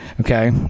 Okay